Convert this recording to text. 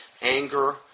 anger